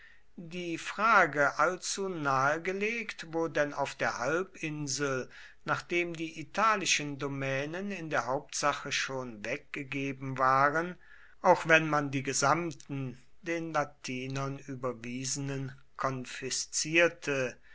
die frage allzu nahe gelegt wo denn auf der halbinsel nachdem die italischen domänen in der hauptsache schon weggegeben waren auch wenn man die gesamten den latinern überwiesenen konfiszierte